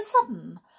sudden